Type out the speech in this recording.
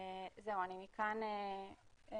מכאן אני